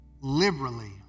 liberally